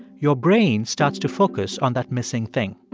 your brain starts to focus on that missing thing.